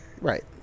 Right